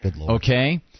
okay